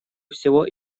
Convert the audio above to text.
всего